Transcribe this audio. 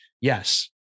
yes